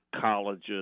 colleges